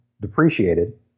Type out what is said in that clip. depreciated